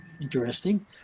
interesting